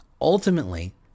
Ultimately